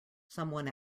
someone